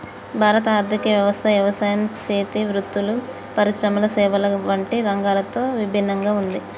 భారత ఆర్థిక వ్యవస్థ యవసాయం సేతి వృత్తులు, పరిశ్రమల సేవల వంటి రంగాలతో ఇభిన్నంగా ఉంది